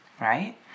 right